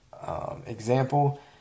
Example